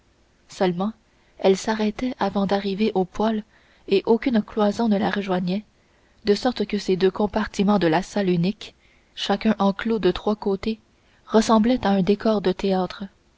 seulement elle s'arrêtait avant d'arriver au poêle et aucune cloison ne la rejoignait de sorte que ces deux compartiments de la salle unique chacun enclos de trois côtés ressemblaient à un décor de théâtre